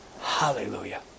Hallelujah